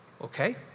Okay